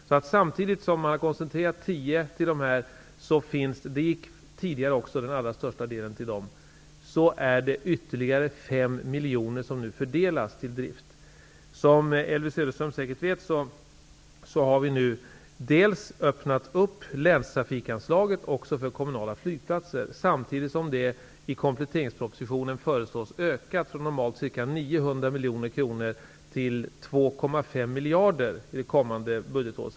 Samtidigt som man koncentrerar 10 miljoner till de här flygplatserna -- även tidigare gick den allra största delen till dem -- fördelas nu ytterligare 5 miljoner till drift. Som Elvy Söderström säkert vet har vi nu öppnat länstrafikanslaget också för kommunala flygplatser, samtidigt som det i kompletteringspropositionen föreslås öka från normalt ca 900 miljoner kronor till 2,5 miljarder det kommande budgetåret.